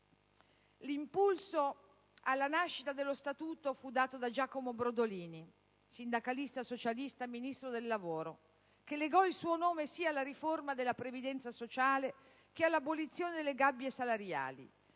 L'impulso alla nascita dello Statuto fu dato da Giacomo Brodolini, sindacalista socialista e Ministro del lavoro, che legò il suo nome sia alla riforma della previdenza sociale che all'abolizione delle gabbie salariali.